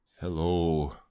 Hello